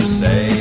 say